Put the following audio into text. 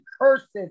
curses